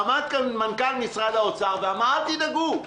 עמד כאן מנכ"ל משרד האוצר ואמר: אל תדאגו,